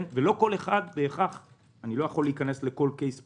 אני לא יכול להיכנס לכל קייס פרטי,